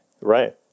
Right